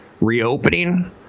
Reopening